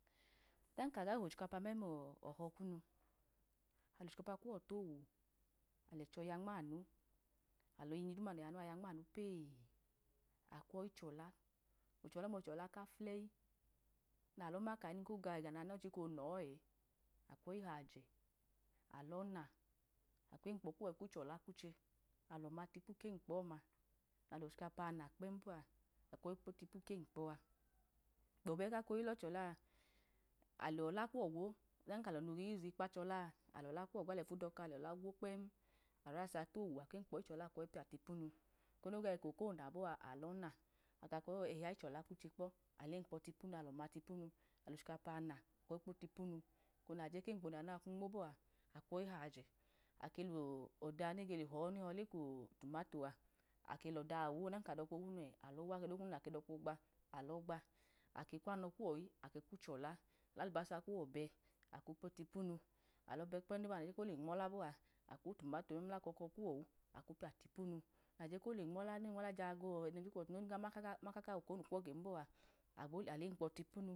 Ọdan kaga hochikọpa memlọhọ kunu, lochikapa kumọ tonu, alẹchọ ya nmanu, alinyi duma nayanu yu nman pee, akwoye chọla, ochọla ọmaochọla kafulẹyi nalọ maka oga ega nenọ chika onọ ẹ, akwọyi hajẹ alọna, akwemkpọ kuwọ ikowa chola kmuche, alọma tipu kemkpọ ọma alochikpa na dudu kpẹm bọa akwọyi kpo tipu kemekpọ-a gbọbu ẹ kalọchọla, alọla kuwọ gwo, ọdan kalo nyi yikpu achlaa alọla kuwọ gwo alẹfa doka alọla kuwọ gwo kpẹm, alvis atwu atemkpo̱ chọla wkwoyi piya tipenu, eko noga eko ko na bọa alona, akwehia ichola knuche kpọ atekpọ tipenu alọna tipenu, alochikapa na, kpo tipenu, eko naleje kemkpọ noyanu kwu nmo bọa, akwayi hiyẹ, ake lọda nege le họ nehọ ka otumato a, ake lọda ọwu, ọdan ka ke doka wu nẹ ake logba, ake kwanọ kuwọwu ke kwo̱yi chọla, alalibasa kuwọ bẹ akwọyi lepo tipunu, alọbẹ kpẹm duboa nole nola bọa, akwutumato memla akọkọ kuwọwu akwoyi piya tipunu, abole nmala gẹje nama ka kọkọ iyukwokonu gẹn bọa alemkpọ tipunu.